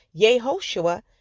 Yehoshua